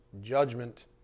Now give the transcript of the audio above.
judgment